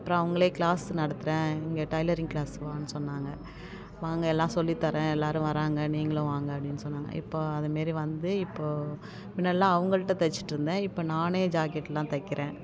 அப்புறோம் அவங்களே க்ளாஸ் நடத்துகிறேன் இங்கே டைலரிங் க்ளாஸுக்கு வான்னு சொன்னாங்க வாங்க எல்லாம் சொல்லி தரேன் எல்லாேரும் வராங்க நீங்களும் வாங்க அப்படினு சொன்னாங்க இப்போது அது மாரி வந்து இப்போது முன்னெல்லாம் அவங்கள்ட்ட தைச்சிட்டுருந்தேன் இப்போ நானே ஜாக்கெடெலாம் தைக்கிறேன்